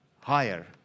Higher